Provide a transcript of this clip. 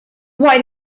why